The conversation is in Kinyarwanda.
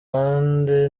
ahandi